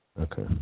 Okay